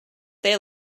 they